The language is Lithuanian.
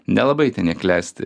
nelabai ten jie klesti